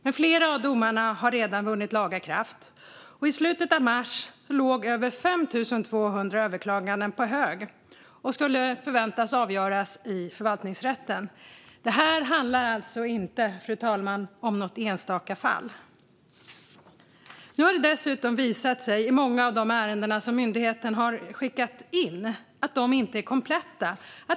Men flera av domarna har redan vunnit laga kraft, och i slutet av mars låg över 5 200 överklaganden på hög för att avgöras i förvaltningsrätten. Det handlar alltså inte, fru talman, om något enstaka fall. Nu har det dessutom visat sig att många av ärendena inte är kompletta.